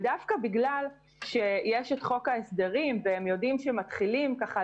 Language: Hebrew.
דווקא בגלל שיש חוק ההסדרים והם יודעים שמתעסקים